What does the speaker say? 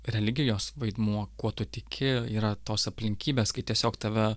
religijos vaidmuo kuo tu tiki yra tos aplinkybės kai tiesiog tave